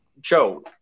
Joe